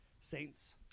Saints